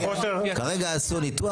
כרגע עשו ניתוח.